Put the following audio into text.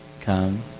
Come